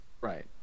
Right